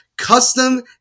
custom